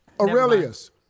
Aurelius